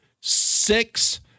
six